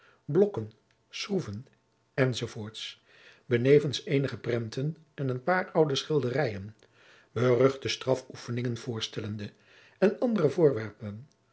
blokken schroeven enz benevens eenige prenten en een paar oude schilderijen beruchte strafoefeningen voorstellende en andere voorwerpen